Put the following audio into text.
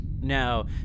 Now